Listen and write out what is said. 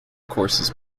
courses